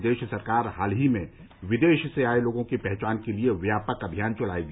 प्रदेश सरकार हाल ही में विदेश से आए लोगों की पहचान के लिए व्यापक अभियान चलाएगी